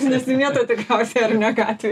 nesimėto tikriausiai ar ne gatvėj